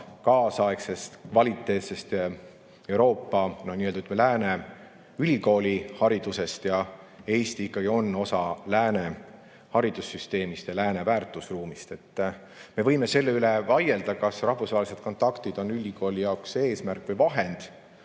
kaasaegsest, kvaliteetsest Euroopa, lääne ülikooliharidusest ja Eesti on osa lääne haridussüsteemist ja lääne väärtusruumist. Me võime selle üle vaielda, kas rahvusvahelised kontaktid on ülikooli jaoks eesmärk või vahend,